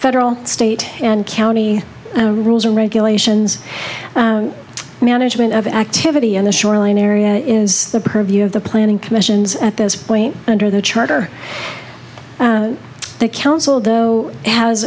federal state and county rules and regulations management of activity and the shoreline area is the purview of the planning commissions at this point under the charter the council though has